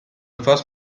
first